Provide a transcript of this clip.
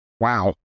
Wow